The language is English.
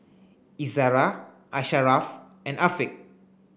Izzara Asharaff and Afiq